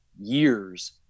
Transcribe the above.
years